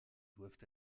doivent